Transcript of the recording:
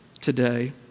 today